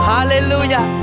Hallelujah